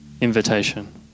invitation